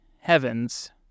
heavens